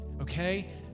okay